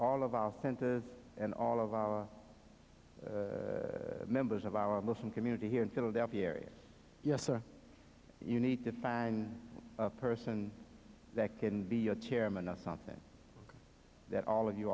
all of our centers and all of members of our muslim community here in philadelphia area yes sir you need to find a person that can be a chairman or something that all of you